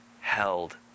held